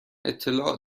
اطلاع